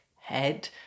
head